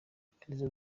ari